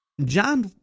John